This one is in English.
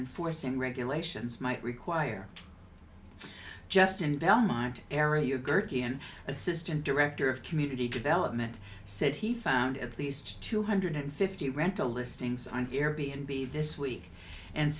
enforcing regulations might require just in belmont area gherkin assistant director of community development said he found at least two hundred fifty rental listings on air b n b this week and